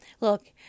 Look